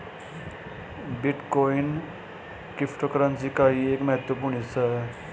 bitcoin cryptocurrency का ही एक महत्वपूर्ण हिस्सा है